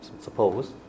suppose